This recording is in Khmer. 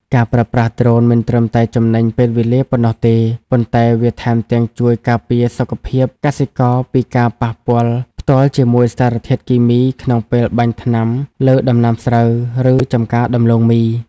ការប្រើប្រាស់ដ្រូនមិនត្រឹមតែចំណេញពេលវេលាប៉ុណ្ណោះទេ ប៉ុន្តែវាថែមទាំងជួយការពារសុខភាពកសិករពីការប៉ះពាល់ផ្ទាល់ជាមួយសារធាតុគីមីក្នុងពេលបាញ់ថ្នាំលើដំណាំស្រូវ ឬចម្ការដំឡូងមី។